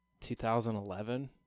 2011